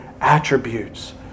attributes